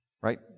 right